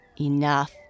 Enough